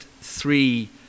three